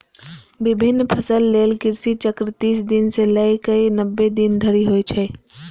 विभिन्न फसल लेल कृषि चक्र तीस दिन सं लए कए नब्बे दिन धरि होइ छै